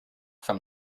from